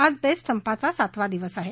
आज बेस्ट संपाचा सातावा दिवस आहे